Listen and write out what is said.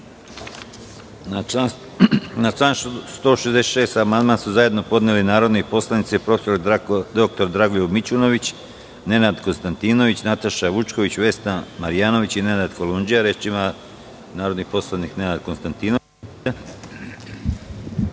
Na član 166. amandman su zajedno podneli narodni poslanici prof. dr Dragoljub Mićunović, Nenad Konstantinović, Nataša Vučković, Vesna Marjanović i Nada Kolundžija. Reč ima narodni poslanik Nenad Konstantinović.